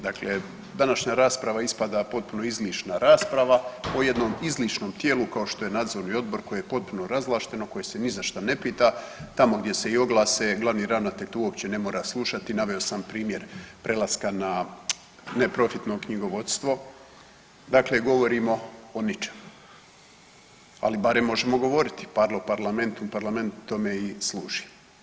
Dakle, današnja rasprava ispada potpuno izlišna rasprava o jednom izlišnom tijelu kao što je nadzorni odbor koji je potpuno razvlašteno, koje se ni za šta ne pita, tamo gdje se i oglase glavni ravnatelj tu uopće ne mora slušati, naveo sam primjer prelaska ne profitno knjigovodstvo, dakle govorimo o ničemu, ali barem možemo govoriti, parlo parlamentum, parlament tome i služi.